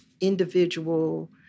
individual